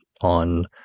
on